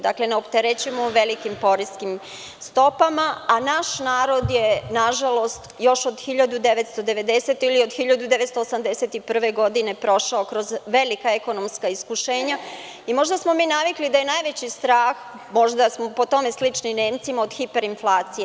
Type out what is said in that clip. Dakle, ne opterećujemo je velikim poreskim stopama, a naš narod je, nažalost, još od 1990. ili od 1981. godine prošao kroz velika ekonomska iskušenja i možda smo mi navikli da je najveći strah, možda smo po tome slični Nemcima, od hiperinflacije.